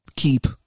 Keep